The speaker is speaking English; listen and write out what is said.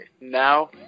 now